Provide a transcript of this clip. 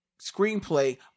screenplay